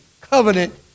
covenant